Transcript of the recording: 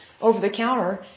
over-the-counter